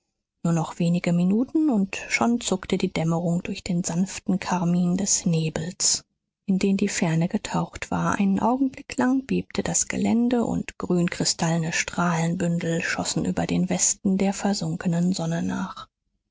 nur noch wenige minuten und schon zuckte die dämmerung durch den sanften karmin des nebels in den die ferne getaucht war einen augenblick lang bebte das gelände und grünkristallene strahlenbündel schossen über den westen der versunkenen sonne nach